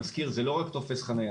אני מזכיר, זה לא רק תופס חניה